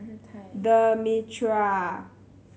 The Mitraa